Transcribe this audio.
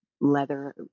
leather